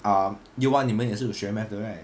um year one 你们也是有学 math 的 right